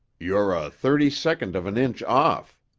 you're a thirty-second of an inch off.